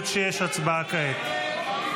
הצבעה כעת.